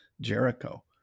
Jericho